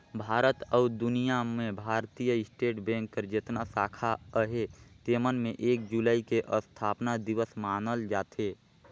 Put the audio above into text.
भारत अउ दुनियां में भारतीय स्टेट बेंक कर जेतना साखा अहे तेमन में एक जुलाई के असथापना दिवस मनाल जाथे